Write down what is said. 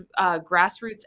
grassroots